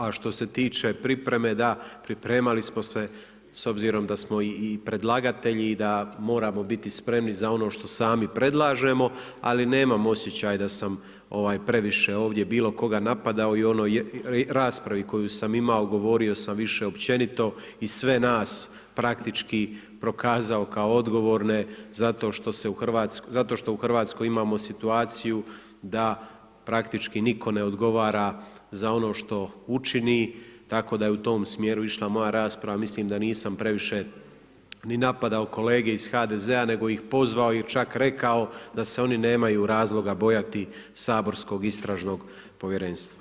A što se tiče pripreme, da, pripremali smo se s obzirom da smo i predlagatelji i da moramo biti spremni za ono što sami predlažemo, ali nemam osjećaj da sam previše ovdje bilo koga napadao i raspravi koju sam imao govorio sam više općenito i sve nas praktički prokazao kao odgovorne zato što u Hrvatskoj imamo situaciju da praktički nitko ne odgovara za ono što učini tako da je u tom smjeru išla moja rasprava, mislim da nisam previše ni napadao kolege iz HDZ-a, nego ih pozvao i čak rekao da se oni nemaju razloga bojati saborskog istražnog povjerenstva.